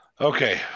Okay